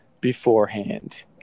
beforehand